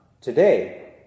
Today